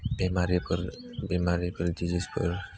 बेमारिफोर बेमारिफोर डिजिसफोर